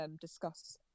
discuss